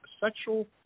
sexual